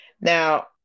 Now